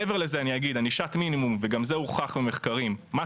מעבר לזה אגיד שענישת מינימום וגם זה הוכח במחקרים מה